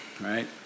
right